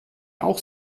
auch